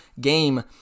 game